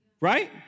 right